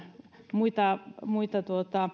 muita muita